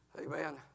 Amen